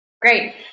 Great